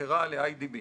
נמכרה לאיי די בי.